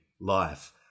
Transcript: life